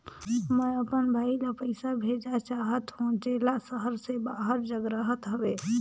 मैं अपन भाई ल पइसा भेजा चाहत हों, जेला शहर से बाहर जग रहत हवे